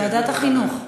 לוועדת החינוך.